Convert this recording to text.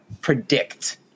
predict